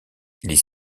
les